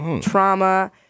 trauma